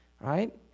right